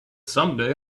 someday